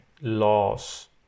laws